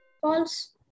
False